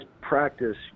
practice